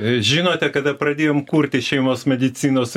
žinote kada pradėjom kurti šeimos medicinos